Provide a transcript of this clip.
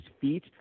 feet